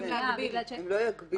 הן לא יגבילו.